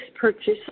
purchase